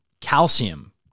calcium